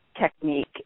technique